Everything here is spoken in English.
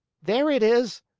there it is!